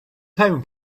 town